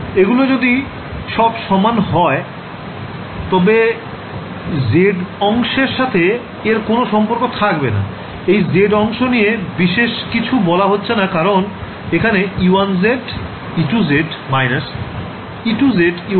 এগুলো যদি সব সমান হয় তবে z অংশের সাথে এর কোন সম্পর্ক থাকবে না এই z অংশ নিয়ে বিশেষ কিছু বলা হচ্ছে না কারণ এখানে e1z e2z − e2z e1z